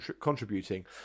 contributing